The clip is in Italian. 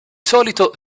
solito